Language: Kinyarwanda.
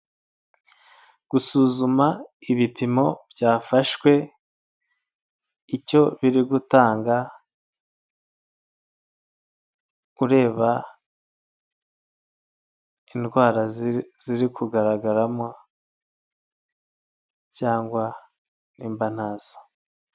Gusuzuma ibipimo byafashwe icyo biri gutanga, ureba indwara ziri kugaragaramo cyangwa niba ntazo.